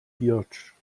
giersch